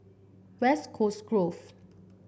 West Coast Grove